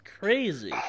crazy